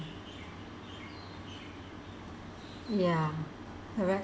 ya